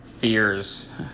fears